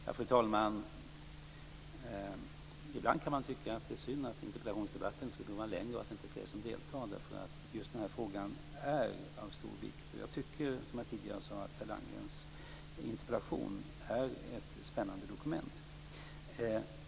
Fru talman! Ibland kan man tycka att det är synd att interpellationsdebatter inte kan vara längre och att det inte är fler som deltar. Just den här frågan är av stor vikt. Jag tycker, som jag tidigare sade, att Per Landgrens interpellation är ett spännande dokument.